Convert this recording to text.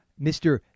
Mr